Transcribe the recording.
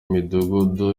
midugudu